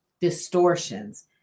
distortions